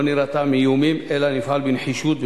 לא נירתע מאיומים אלא נפעל בנחישות,